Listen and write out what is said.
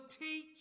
teach